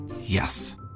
Yes